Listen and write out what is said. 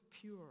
pure